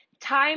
time